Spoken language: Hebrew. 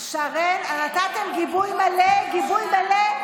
שרן, נתתם גיבוי מלא, גיבוי מלא.